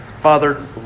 Father